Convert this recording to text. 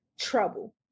trouble